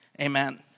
amen